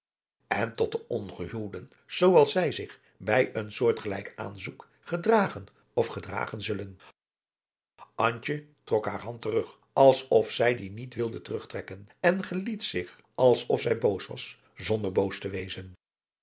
en tot de ongehuwde zoo als zij zich bij een soortgelijk aanzoek gedragen of gedragen zullen antje trok haar hand terug als of zij die niet wilde terugtrekken en geliet zich als of zij boos was zonder boos te wezen